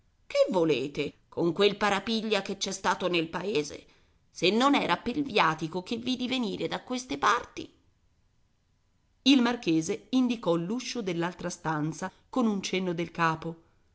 che volete con quel parapiglia che c'è stato nel paese se non era pel viatico che vidi venire da queste parti il marchese indicò l'uscio dell'altra stanza con un cenno del capo